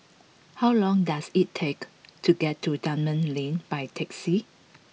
how long does it take to get to Dunman Lane by taxi